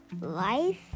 life